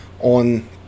on